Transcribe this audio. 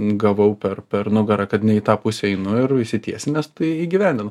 gavau per per nugarą kad ne į tą pusę einu ir išsitiesinęs tai įgyvendinau